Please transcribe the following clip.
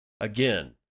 again